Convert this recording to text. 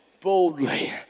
boldly